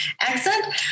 accent